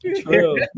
True